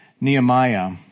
Nehemiah